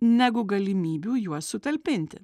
negu galimybių juos sutalpinti